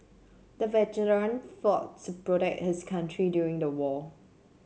the veteran fought to protect his country during the war